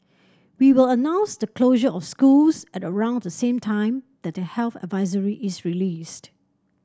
we will announce the closure of schools at around the same time that the health advisory is released